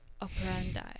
operandi